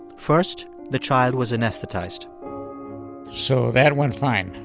first, the child was anesthetized so that went fine.